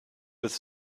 with